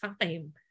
time